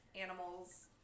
animals